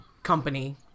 company